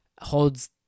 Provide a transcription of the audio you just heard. holds